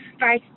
Bye